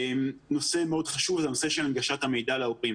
נושא מאוד חשוב זה הנושא של הנגשת המידע להורים.